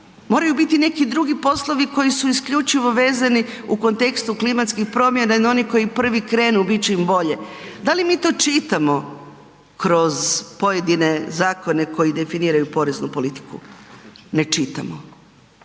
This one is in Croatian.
Moraju biti neki drugi poslovi koji su isključivo vezani u kontekstu klimatskih promjena i oni koji prvi krenu, bit će im bolje. Da li mi to čitamo kroz pojedine zakone koji definiraju poreznu politiku? Ne čitamo.